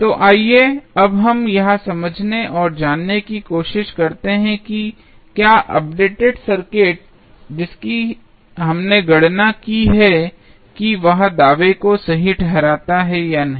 तो आइए अब हम यह समझने और जानने की कोशिश करें कि क्या अपडेटेड सर्किट जिसकी हमने अभी गणना की है वह दावे को सही ठहराता है या नहीं